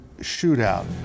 shootout